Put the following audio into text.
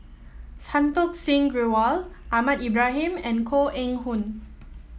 Santokh Singh Grewal Ahmad Ibrahim and Koh Eng Hoon